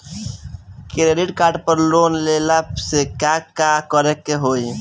Credit card पर loan लेला से का का करे क होइ?